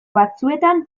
batzuetan